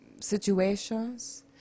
situations